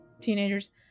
teenagers